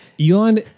Elon